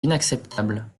inacceptable